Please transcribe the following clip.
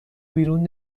بیرون